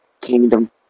Kingdom